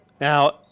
Now